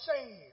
saved